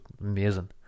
amazing